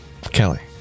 Kelly